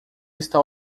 está